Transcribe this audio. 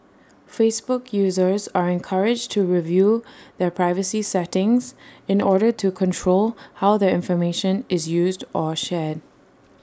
Facebook users are encouraged to review their privacy settings in order to control how their information is used or shared